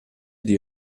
die